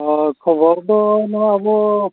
ᱦᱳᱭ ᱠᱷᱚᱵᱚᱨ ᱫᱚ ᱱᱚᱣᱟ ᱟᱵᱚ